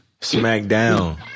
Smackdown